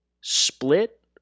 split